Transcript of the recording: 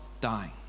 dying